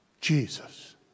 Jesus